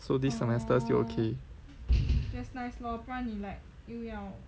so this semester still okay